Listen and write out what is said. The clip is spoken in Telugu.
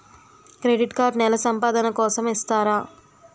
క్రెడిట్ కార్డ్ నెల సంపాదన కోసం ఇస్తారా?